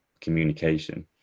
communication